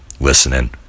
listening